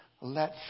let